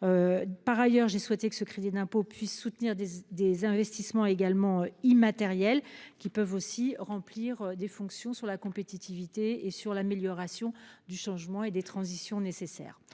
Par ailleurs j'ai souhaité que ce crédit d'impôt puisse soutenir des des investissements également immatériel qui peuvent aussi remplir des fonctions sur la compétitivité et sur l'amélioration du changement et des transitions nécessaires,